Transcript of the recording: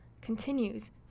continues